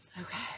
Okay